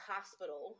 Hospital